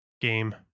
game